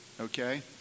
Okay